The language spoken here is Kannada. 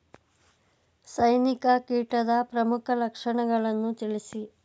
ಸೈನಿಕ ಕೀಟದ ಪ್ರಮುಖ ಲಕ್ಷಣಗಳನ್ನು ತಿಳಿಸಿ?